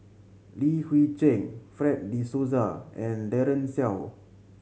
Li Hui Cheng Fred De Souza and Daren Shiau